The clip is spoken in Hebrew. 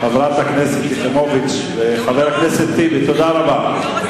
חברת הכנסת יחימוביץ וחבר הכנסת טיבי, תודה רבה.